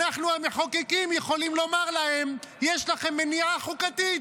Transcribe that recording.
אנחנו המחוקקים יכולים לומר להם: יש לכם מניעה חוקתית.